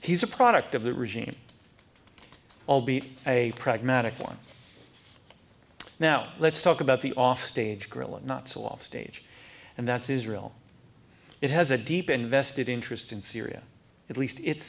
he's a product of the regime albeit a pragmatic one now let's talk about the offstage grilling not so off stage and that's israel it has a deep invested interest in syria at least it